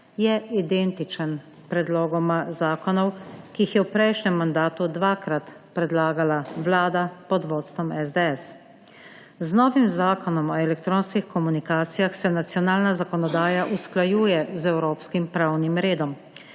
je identičen predlogoma zakonov, ki ju je v prejšnjem mandatu dvakrat predlagala vlada pod vodstvom SDS. Z novim Zakonom o elektronskih komunikacijah se nacionalna zakonodaja usklajuje z evropskim pravim redom.